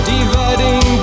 Dividing